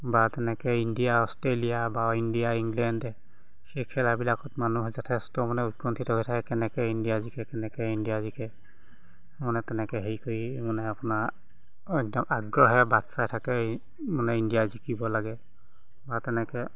বা তেনেকৈ India Australia বা আৰু ইণ্ডিয়া ইংলেণ্ড সেই খেলাবিলাকত মানুহ যথেষ্ট মানে উৎকণ্ঠিত হৈ থাকে কেনেকৈ ইণ্ডিয়া জিকে কেনেকৈ ইণ্ডিয়া জিকে মানে তেনেকৈ হেৰি কৰি মানে আপোনাৰ একদম আগ্ৰহেৰে বাট চাই থাকে মানে ইণ্ডিয়া জিকিব লাগে বা তেনেকৈ